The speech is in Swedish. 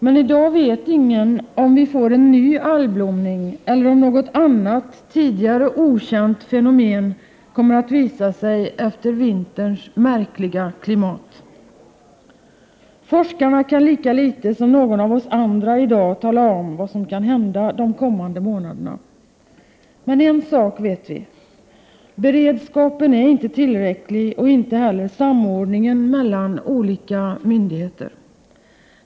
Men i dag vet ingen om vi får en ny algblomning eller om något annat, tidigare okänt fenomen kommer att visa sig efter vinterns märkliga klimat. Forskarna kan litet som någon av oss andra i dag tala om vad som kan hända de kommande månaderna. Men en sak vet vi — beredskapen är inte tillräcklig, och inte heller samordningen mellan olika myndigheter.